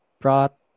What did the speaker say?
brought